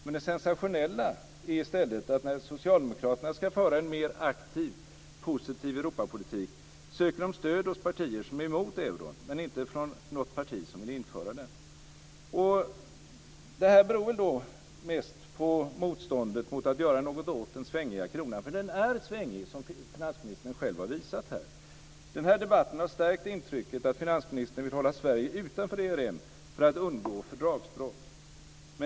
Men det sensationella är i stället att när Socialdemokraterna ska föra en aktiv, positiv Europapolitik söker de stöd hos partier som är emot euron, men inte hos något parti som vill införa den. Detta beror väl mest på motståndet mot att göra något åt den svängiga kronan. Den är svängig, som finansministern själv har visat här. Denna debatt har stärkt intrycket av att finansministern vill hålla Sverige utanför ERM för att undgå fördragsbrott.